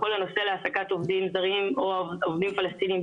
בכל נושא העסקת עובדים זרים או עובדים פלסטינים,